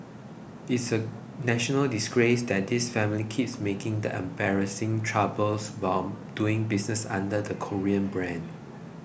it's a national disgrace that this family keeps making the embarrassing troubles while doing business under the 'Korean' brand